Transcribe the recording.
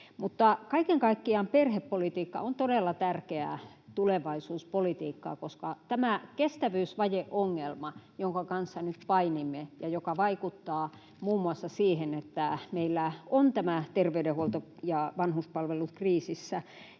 Kaiken kaikkiaan perhepolitiikka on todella tärkeää tulevaisuuspolitiikkaa, koska tämä kestävyysvajeongelma, jonka kanssa nyt painimme ja joka vaikuttaa muun muassa siihen, että meillä ovat terveydenhuolto ja vanhuspalvelut kriisissä,